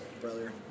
brother